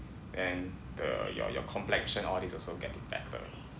then the your your complexion all these also getting better